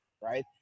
right